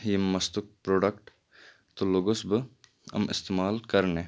ییٚمہِ مَستُک پرٛوڈَکٹہٕ تہٕ لوٚگُس بہٕ إم اِستعمال کرنہِ